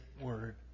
Word